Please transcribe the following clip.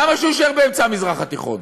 למה שהוא יישאר באמצע המזרח התיכון?